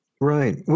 Right